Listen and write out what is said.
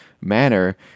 manner